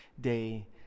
day